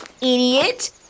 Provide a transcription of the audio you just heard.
idiot